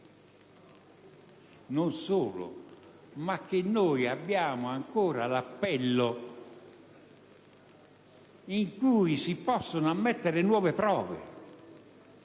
Non solo, noi abbiamo anche l'appello, in cui si possono ammettere nuove prove